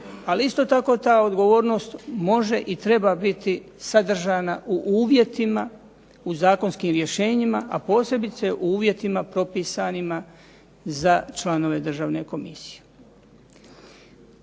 ali isto tako ta odgovornost može i treba biti sadržana u uvjetima u zakonskim rješenjima, a posebice u uvjetima propisanima za članove državne komisije.